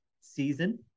season